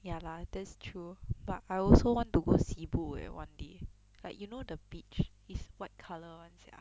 ya lah that's true but I also want to go cebu eh one day like you know the beach is white colour [one] sia